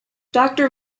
doctor